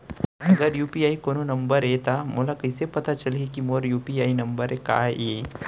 अगर यू.पी.आई कोनो नंबर ये त मोला कइसे पता चलही कि मोर यू.पी.आई नंबर का ये?